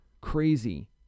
crazy